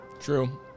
True